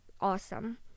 awesome